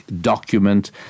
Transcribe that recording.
document